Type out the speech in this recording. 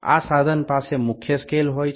এই যন্ত্রটির মূল স্কেল রয়েছে